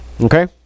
Okay